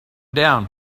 down